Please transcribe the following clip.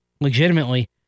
legitimately